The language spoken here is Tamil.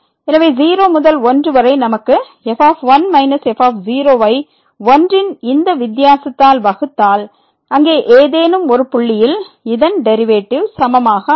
எனவே 0 முதல் 1 வரை நமக்கு f1 f ஐ 1 ன் இந்த வித்தியாசத்தால் வகுத்தால் அங்கே ஏதேனும் ஒரு புள்ளியில் இதன் டெரிவேட்டிவ் சமமாக அமையும்